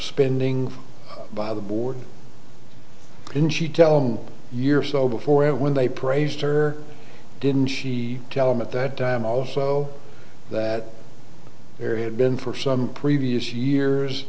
spending by the board and she tell them you're so before it when they praised her didn't she tell him at that time also that there had been for some previous years